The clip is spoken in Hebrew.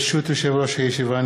ברשות יושב-ראש הישיבה,